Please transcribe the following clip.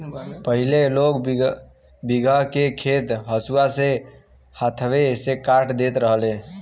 पहिले लोग बीघहा के खेत हंसुआ से हाथवे से काट देत रहल हवे